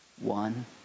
one